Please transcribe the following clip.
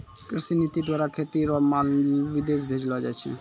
कृषि नीति द्वारा खेती रो माल विदेश भेजलो जाय छै